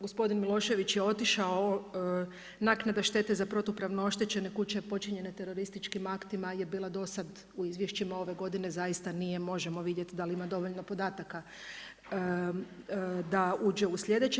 Gospodin Milošević je otišao, naknada štete za protupravno oštećene kuće počinjenje terorističkim aktima je bila do sada u izvješćima ove godine, zaista … možemo vidjeti da li imamo dovoljno podataka da uđe u sljedeće.